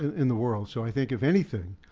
in the world. so i think, if anything,